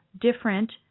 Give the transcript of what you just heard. different